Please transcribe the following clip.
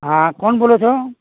હા કોણ બોલો છો